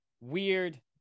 weird